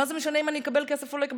מה זה משנה אם אני אקבל כסף או לא אקבל